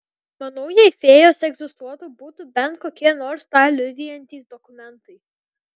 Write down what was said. manau jei fėjos egzistuotų būtų bent kokie nors tą liudijantys dokumentai